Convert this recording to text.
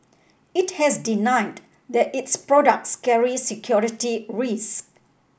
it has denied that its products carry security risks